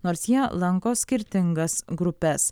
nors jie lanko skirtingas grupes